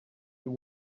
you